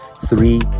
Three